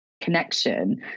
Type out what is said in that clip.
connection